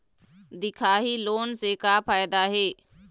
दिखाही लोन से का फायदा हे?